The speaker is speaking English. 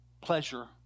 pleasure